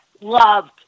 loved